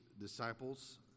disciples